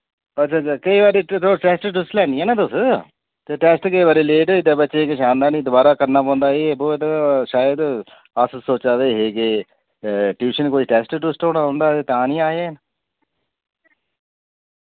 पर सकदा केई बारी इत्थै तुस टैस्ट टूस्ट लैन्नियां ना तुस ते टैस्ट केई बारी लेट होई जंदा बच्चे किश आंदा नेईं दोबारा करना पौंदा एह् ऐ बो ऐ ते शायद अस सोचा दे हे के ट्यूशन कोई टैस्ट टूस्ट होना उं'दा ते तां नेईं आए हैन